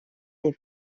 les